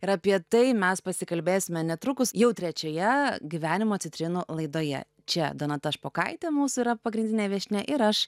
ir apie tai mes pasikalbėsime netrukus jau trečioje gyvenimo citrinų laidoje čia donata špokaitė mūsų yra pagrindinė viešnia ir aš